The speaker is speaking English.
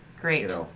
Great